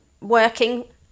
working